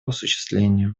осуществлению